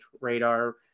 radar